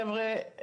חבר'ה,